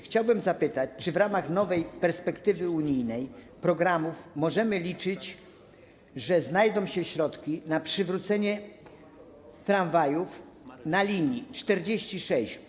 Chciałbym zapytać, czy w ramach nowej perspektywy unijnej, programów możemy liczyć, że znajdą się środki na przywrócenie tramwajów na linii 46: